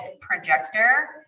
projector